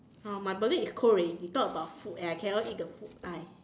!huh! my body is cold already talk about food I cannot eat the food !aiya!